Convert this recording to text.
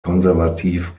konservativ